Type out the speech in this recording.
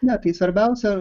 ne tai svarbiausia